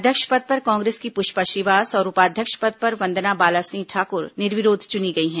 अध्यक्ष पद पर कांग्रेस की पुष्पा श्रीवास और उपाध्यक्ष पद पर वंदना बालासिंह ठाकुर निर्विरोध चुनी गई हैं